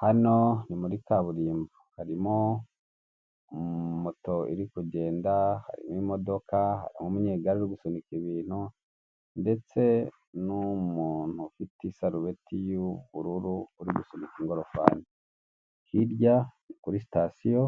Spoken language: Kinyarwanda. Hano ni muri kaburimbo harimo moto iri kugenda, harimo imodoka, umunyegare uri gusunika ibintu, ndetse n'umuntu ufite isarubeti y'ubururu uri gusunika ingorofani, hirya ni kuri sitasiyo